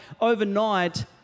overnight